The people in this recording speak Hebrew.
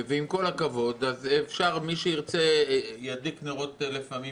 עם כל הכבוד, מי שירצה ידליק נרות לפעמים